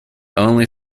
only